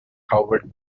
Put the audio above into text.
our